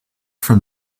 from